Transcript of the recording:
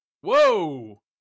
Whoa